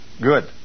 Good